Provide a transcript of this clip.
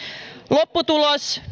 lopputulos